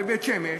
בבית-שמש